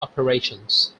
operations